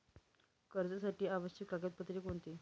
कर्जासाठी आवश्यक कागदपत्रे कोणती?